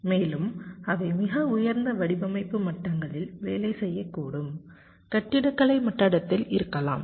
மேலும் அவை மிக உயர்ந்த வடிவமைப்பு மட்டங்களில் வேலை செய்யக்கூடும் கட்டிடக்கலை மட்டத்தில் இருக்கலாம்